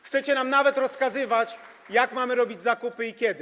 Chcecie nam nawet rozkazywać, jak mamy robić zakupy i kiedy.